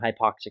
hypoxic